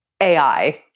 AI